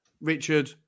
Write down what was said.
Richard